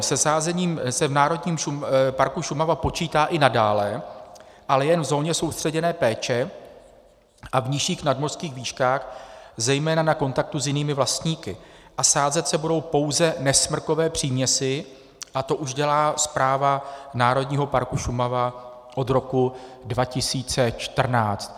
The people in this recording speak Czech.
Se sázením se v Národním parku Šumava počítá i nadále, ale jen v zóně soustředěné péče a v nižších nadmořských výškách, zejména na kontaktu s jinými vlastníky, a sázet se budou pouze nesmrkové příměsi a to už dělá Správa Národního parku Šumava od roku 2014.